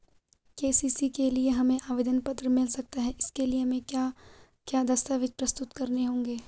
KCC के लिए हमें आवेदन पत्र मिल सकता है इसके लिए हमें क्या क्या दस्तावेज़ प्रस्तुत करने होंगे?